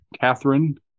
Catherine